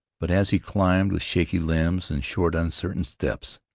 but as he climbed with shaky limbs, and short uncertain steps,